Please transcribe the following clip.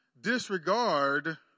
disregard